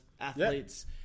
athletes